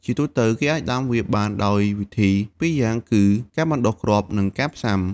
ជាទូទៅ គេអាចដាំវាបានដោយវិធីពីរយ៉ាងគឺ ការបណ្ដុះគ្រាប់ និង ការផ្សាំ។